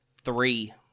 Three